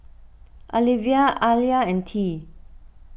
Alivia Ayla and Tea